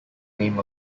name